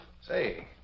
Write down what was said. say